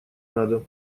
надо